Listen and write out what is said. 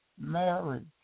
marriage